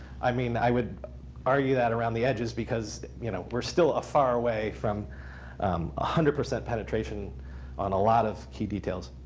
i mean, i would argue that around the edges because you know we're still ah far away from one ah hundred percent penetration on a lot of key details.